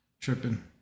tripping